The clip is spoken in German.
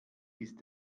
ist